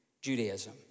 Judaism